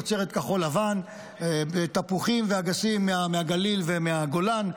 תוצרת כחול-לבן, תפוחים ואגסים מהגליל ומהגולן,